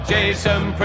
Jason